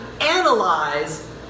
analyze